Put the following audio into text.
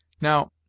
Now